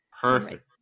Perfect